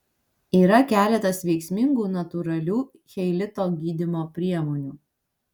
yra keletas veiksmingų natūralių cheilito gydymo priemonių